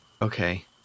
Okay